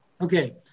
Okay